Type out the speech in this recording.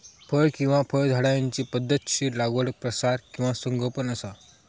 फळ किंवा फळझाडांची पध्दतशीर लागवड प्रसार किंवा संगोपन असा